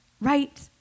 right